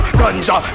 ganja